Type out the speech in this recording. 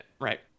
Right